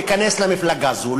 להיכנס למפלגה זו.